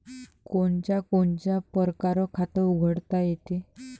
कोनच्या कोनच्या परकारं खात उघडता येते?